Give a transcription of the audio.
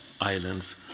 islands